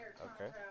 Okay